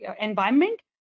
environment